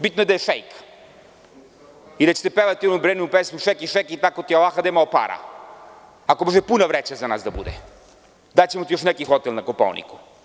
Bitno je da je šeik i da ćete pevati onu Breninu pesmu „Šeki, Šeki tako ti Alaha daj malo para“, ako može puna vreća za nas da bude, daćemo ti još neki hotel na Kopaoniku.